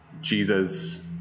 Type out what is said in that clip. Jesus